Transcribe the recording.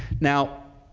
now,